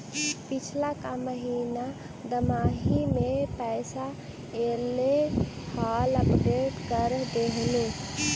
पिछला का महिना दमाहि में पैसा ऐले हाल अपडेट कर देहुन?